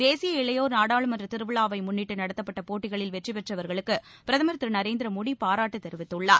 தேசிய இளையோர் நாடாளுமன்ற திருவிழாவை முன்னிட்டு நடத்தப்பட்ட போட்டிகளில் வெற்றிபெற்றவர்களுக்கு பிரதமர் திரு நரேந்திர மோடி பாராட்டு தெரிவித்துள்ளார்